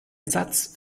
satz